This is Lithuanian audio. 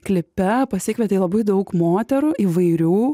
klipe pasikvietei labai daug moterų įvairių